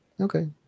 Okay